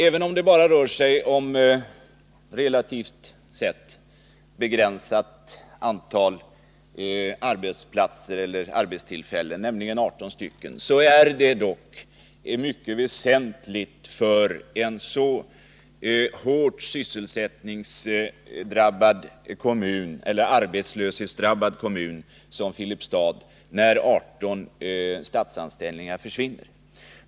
Även om det bara rör sig om ett relativt sett begränsat antal arbetstillfällen, nämligen 18, är det dock en mycket väsentlig fråga för en så hårt arbetslöshetsdrabbad kommun som Filipstad om dessa statsanställningar försvinner.